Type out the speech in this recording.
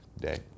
day